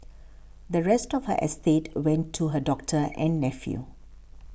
the rest of her estate went to her doctor and nephew